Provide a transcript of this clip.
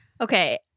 Okay